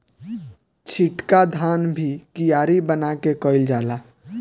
छिटका धान भी कियारी बना के कईल जाला